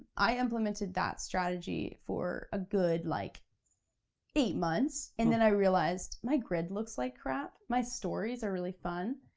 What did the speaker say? i implemented that strategy for a good like eighth months, and then i realized, my grid looks like crap. my stories are really fun,